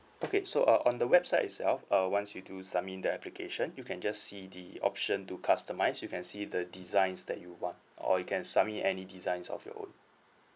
okay so uh on the website itself uh once you do submit in the application you can just see the option to customise you can see the designs that you want or you can submit any designs of your own